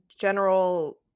general